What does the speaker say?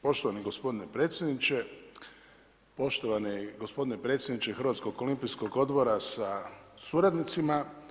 Poštovani gospodine predsjedniče, poštovani gospodine predsjedniče Hrvatskog olimpijskog odbora sa suradnicima.